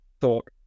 thought